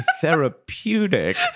therapeutic